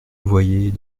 voyez